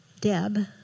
Deb